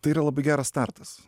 tai yra labai geras startas